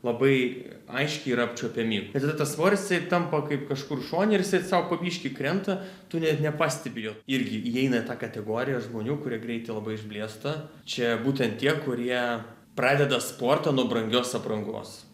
labai aiškiai yra apčiuopiami ir tada tas svoris jisai tampa kaip kažkur šone ir jisai sau po biškį krenta tu net nepastebi jo irgi įeina į tą kategoriją žmonių kurie greitai labai išblėsta čia būtent tie kurie pradeda sportą nuo brangios aprangos